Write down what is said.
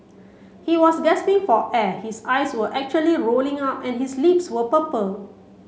he was gasping for air his eyes were actually rolling up and his lips were purple